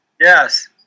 Yes